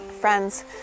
Friends